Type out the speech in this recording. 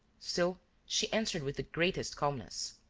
still, she answered with the greatest calmness.